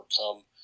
overcome